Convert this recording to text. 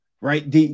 right